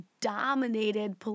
dominated